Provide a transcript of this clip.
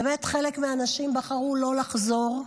באמת, חלק מהאנשים בחרו לא לחזור,